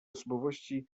osobowości